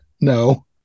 No